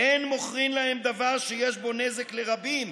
"אין מוכרין להם דבר שיש בו נזק לרבים